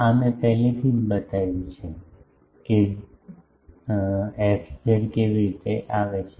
આ મેં પહેલેથી જ બતાવ્યું છે કે fz કેવી રીતે આવે છે